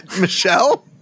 Michelle